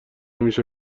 میشه